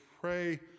pray